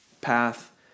path